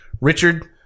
Richard